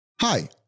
Hi